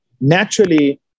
naturally